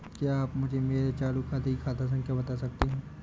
क्या आप मुझे मेरे चालू खाते की खाता संख्या बता सकते हैं?